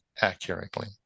accurately